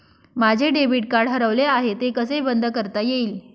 माझे debit card हरवले आहे ते कसे बंद करता येईल?